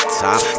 time